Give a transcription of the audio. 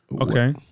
Okay